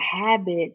habit